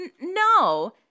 no